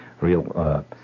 real